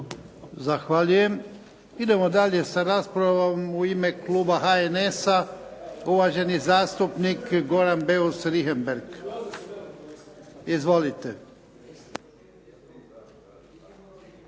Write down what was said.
Zahvaljujem. Idemo dalje sa raspravom. U ime kluba HNS-a, uvaženi zastupnik Goran Beus Richembergh. Izvolite.